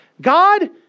God